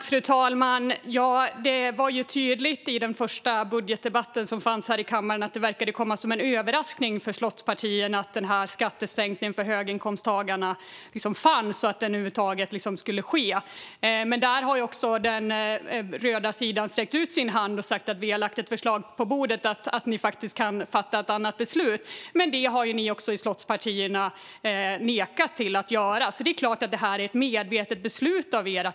Fru talman! Det var tydligt i mandatperiodens första budgetdebatt här i kammaren att skattesänkningen för höginkomsttagarna kom som en överraskning för slottspartierna. Den röda sidan har sträckt ut en hand och sagt att vi har lagt ett annat förslag på bordet, så att ni kan fatta ett annat beslut, Daniel Persson. Men det har ni i slottspartierna inte velat göra. Det är klart att det här är ett medvetet beslut av er.